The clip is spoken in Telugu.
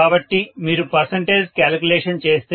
కాబట్టి మీరు పర్సంటేజ్ క్యాలిక్యులేషన్ చేస్తే